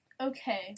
okay